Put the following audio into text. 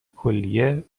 کلیه